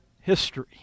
history